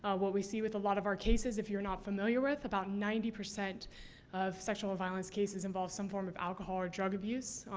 what we see with a lot of our cases if you're not familiar with about ninety percent of sexual violence cases involve some form of alcohol or drug abuse.